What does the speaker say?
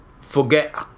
forget